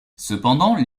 cependant